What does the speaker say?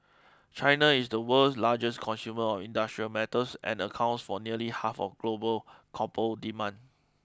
China is the world's largest consumer of industrial metals and accounts for nearly half of global copper demand